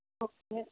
okay